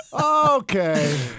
Okay